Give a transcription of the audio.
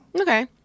okay